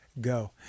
Go